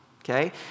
okay